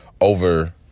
over